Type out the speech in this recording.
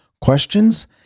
questions